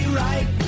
right